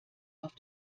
auf